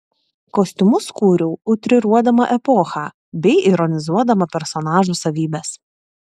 kostiumus kūriau utriruodama epochą bei ironizuodama personažų savybes